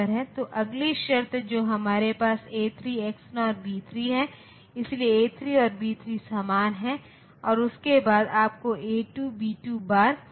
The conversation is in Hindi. तो अगली शर्त जो हमारे पास A3 XNOR B3 है इसलिए A 3 और B 3 समान हैं और उसके बाद आपको A2 B2बार मिला है